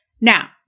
Now